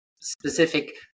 specific